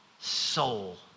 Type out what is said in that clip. soul